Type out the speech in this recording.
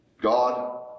God